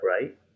right